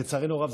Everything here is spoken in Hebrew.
לצערנו הרב,